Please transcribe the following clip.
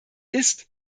ist